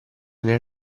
nel